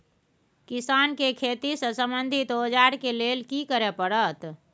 किसान के खेती से संबंधित औजार के लेल की करय परत?